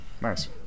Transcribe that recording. Nice